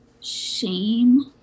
shame